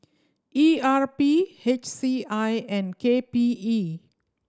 E R P H C I and K P E